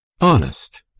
honest